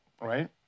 right